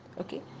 Okay